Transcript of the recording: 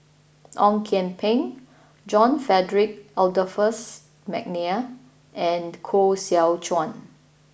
Ong Kian Peng John Frederick Adolphus McNair and Koh Seow Chuan